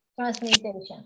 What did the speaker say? Transmutation